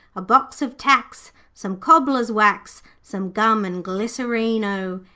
a box of tacks, some cobbler's wax, some gum and glycerine-o!